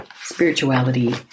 spirituality